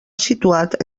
situat